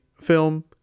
film